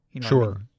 Sure